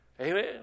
Amen